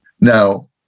now